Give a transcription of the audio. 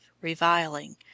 reviling